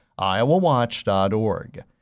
iowawatch.org